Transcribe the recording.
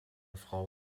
frau